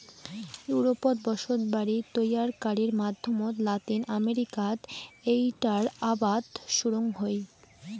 ইউরোপত বসতবাড়ি তৈয়ারকারির মাধ্যমত লাতিন আমেরিকাত এ্যাইটার আবাদ শুরুং হই